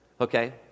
Okay